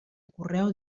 correu